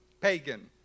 pagan